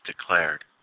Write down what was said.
declared